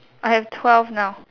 I have twelve now